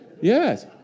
Yes